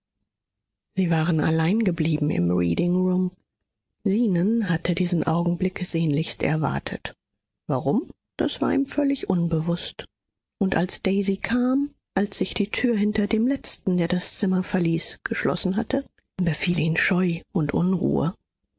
sie waren allein geblieben im reading room zenon hatte diesen augenblick sehnlichst erwartet warum das war ihm völlig unbewußt und als daisy kam als sich die tür hinter dem letzten der das zimmer verließ geschlossen hatte befiel ihn scheu und unruhe